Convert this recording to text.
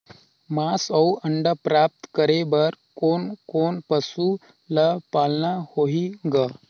मांस अउ अंडा प्राप्त करे बर कोन कोन पशु ल पालना होही ग?